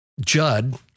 Judd